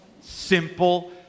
Simple